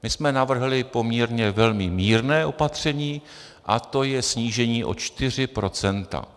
My jsme navrhli poměrně velmi mírné opatření a to je snížení o 4 %.